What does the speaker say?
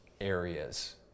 areas